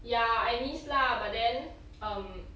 ya I miss lah but then um